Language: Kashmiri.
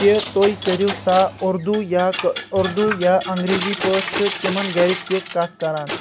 زِ تُہۍ کٔریوٗ سا اُردوٗ یا اردوٗ یا انگریٖزی پأٹھۍ چھ تِمن گرِکۍ تہِ کتھ کران